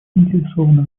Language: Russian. заинтересована